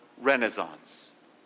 Renaissance